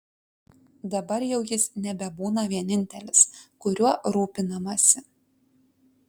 dabar jau jis nebebūna vienintelis kuriuo rūpinamasi